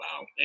wow